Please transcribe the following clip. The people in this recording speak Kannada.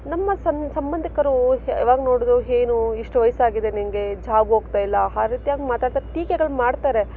ನಮ್ಮ ಸಂಬಂಧಿಕರು ಯಾವಾಗ ನೋಡಿದ್ರು ಏನು ಇಷ್ಟು ವಯಸ್ಸಾಗಿದೆ ನಿಂಗೆ ಜಾಬ್ ಹೋಗ್ತಾ ಇಲ್ಲ ಆ ರೀತಿಯಾಗಿ ಮಾತಾಡ್ತಾರೆ ಟೀಕೆಗಳು ಮಾಡ್ತಾರೆ